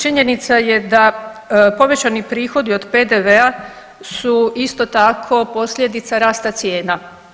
Činjenica je da povećani prihodi od PDV-a su isto tako posljedica rasta cijena.